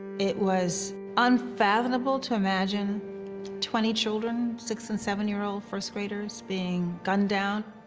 it was unfathomable to imagine twenty children, six and seven-year-old first-graders being gunned down